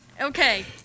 Okay